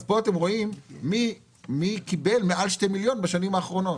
אז פה אתם רואים מי קיבל מעל שני מיליון בשנים האחרונות.